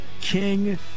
King